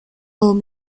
will